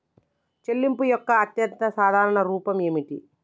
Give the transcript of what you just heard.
చెల్లింపు యొక్క అత్యంత సాధారణ రూపం ఏమిటి?